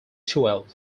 twelve